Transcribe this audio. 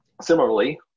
similarly